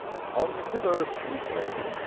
come hither, sweetling.